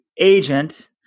agent